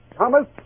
Thomas